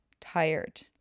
tired